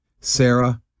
Sarah